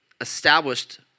established